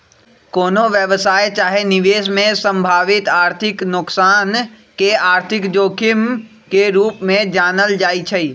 कोनो व्यवसाय चाहे निवेश में संभावित आर्थिक नोकसान के आर्थिक जोखिम के रूप में जानल जाइ छइ